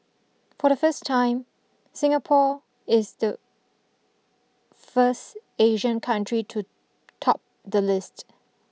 for the first time Singapore is the first Asian country to top the list